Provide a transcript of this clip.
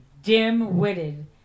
dim-witted